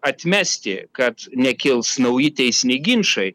atmesti kad nekils nauji teisiniai ginčai